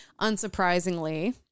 Unsurprisingly